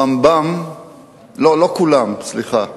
לא כולם, סליחה.